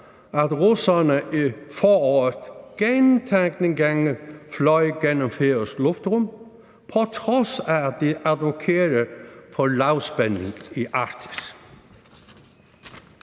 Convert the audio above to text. at russerne i foråret gentagne gange fløj gennem færøsk luftrum, på trods af at de advokerer for lavspænding i Arktis.